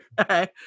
okay